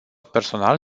personal